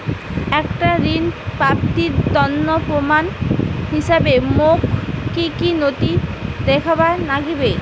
একটা ঋণ প্রাপ্তির তন্ন প্রমাণ হিসাবে মোক কী কী নথি দেখেবার নাগিবে?